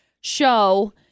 show